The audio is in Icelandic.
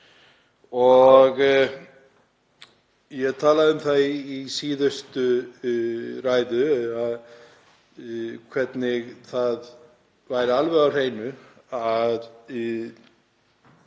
Ég talaði um það í síðustu ræðu hvernig það væri alveg á hreinu að